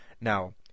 Now